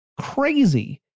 Crazy